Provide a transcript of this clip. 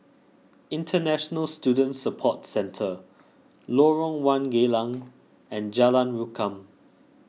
International Student Support Centre Lorong one Geylang and Jalan Rukam